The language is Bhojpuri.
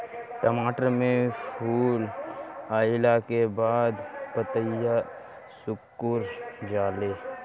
टमाटर में फूल अईला के बाद पतईया सुकुर जाले?